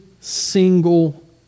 single